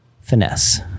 finesse